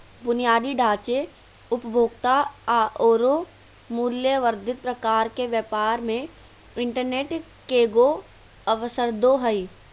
बुनियादी ढांचे, उपभोक्ता औरो मूल्य वर्धित प्रकार के व्यापार मे इंटरनेट केगों अवसरदो हइ